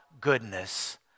goodness